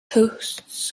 hosts